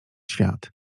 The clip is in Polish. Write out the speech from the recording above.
świat